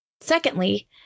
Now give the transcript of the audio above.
Secondly